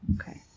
Okay